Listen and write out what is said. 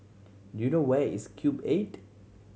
do you know where is Cube Eight